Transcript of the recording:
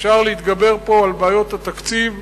אפשר להתגבר פה על בעיות התקציב,